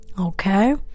okay